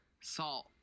salt